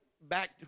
back